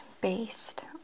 based